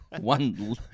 one